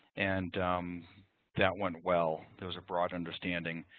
and that went well. there was a broad understanding.